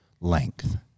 length